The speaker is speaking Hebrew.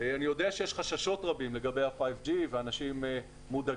אני יודע שיש חששות רבים לגבי ה-5G ואנשים מודאגים.